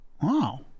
wow